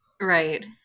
right